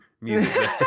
music